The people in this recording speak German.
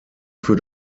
für